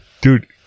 Dude